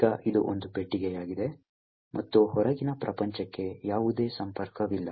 ಈಗ ಇದು ಒಂದು ಪೆಟ್ಟಿಗೆಯಾಗಿದೆ ಮತ್ತು ಹೊರಗಿನ ಪ್ರಪಂಚಕ್ಕೆ ಯಾವುದೇ ಸಂಪರ್ಕವಿಲ್ಲ